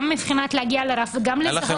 גם מבחינת להגיע לרף --- היו לכם